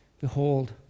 behold